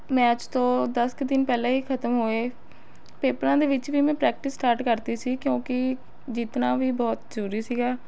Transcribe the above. match ਤੋਂ ਦਸ ਕੁ ਦਿਨ ਪਹਿਲਾਂ ਹੀ ਖਤਮ ਹੋਏ ਪੇਪਰਾਂ ਦੇ ਵਿੱਚ ਵੀ ਮੈਂ ਪ੍ਰੈਕਟਿਸ ਸਟਾਰਟ ਕਰਤੀ ਸੀ ਕਿਉਂਕਿ ਜਿੱਤਣਾ ਵੀ ਬਹੁਤ ਜ਼ਰੂਰੀ ਸੀਗਾ